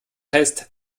heißt